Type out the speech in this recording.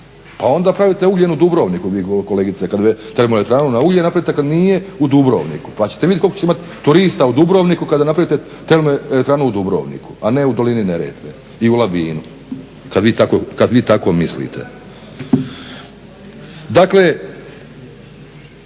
Pa onda pravite ugljen u Dubrovniku, termoelektranu na ugljen napravite kada nije u Dubrovniku pa ćete vidjeti koliko ćete imati turista u Dubrovniku kada napravite termoelektranu u Dubrovniku a ne u dolini Neretve i u Labinu. Kada vi tako mislite. Dakle,